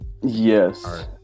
Yes